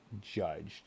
judged